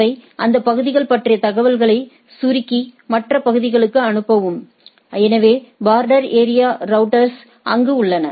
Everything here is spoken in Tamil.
அவை அந்த பகுதிகள் பற்றிய தகவல்களை சுருக்கி மற்ற பகுதிகளுக்கு அனுப்பவும் எனவே பார்டர் ஏரியா ரௌட்டர்ஸ் அங்கு உள்ளன